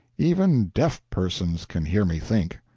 even deaf persons can hear me think.